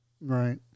right